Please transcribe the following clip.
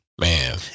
man